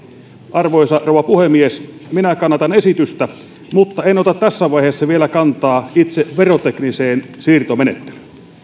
arvoisa rouva puhemies minä kannatan esitystä mutta en ota tässä vaiheessa vielä kantaa itse verotekniseen siirtomenettelyyn